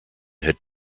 had